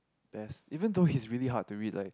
best even though he's really hard to read like